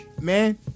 Man